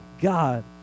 God